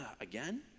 again